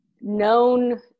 known